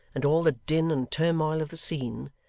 and all the din and turmoil of the scene,